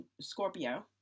Scorpio